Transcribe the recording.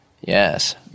yes